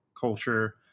culture